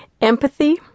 Empathy